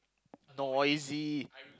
noisy